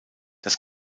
das